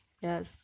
yes